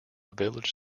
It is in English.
village